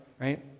right